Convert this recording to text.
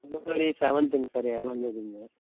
February செவந்துங் sir ஏழாம்தேதிங்க